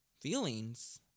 feelings